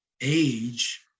age